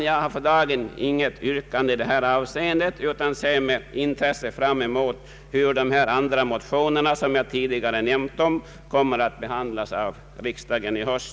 Jag har för dagen inget yrkande i detta avseende men ser med intresse fram mot hur de motioner som jag tidigare omnämnt kommer att behandlas av riksdagen senare i höst.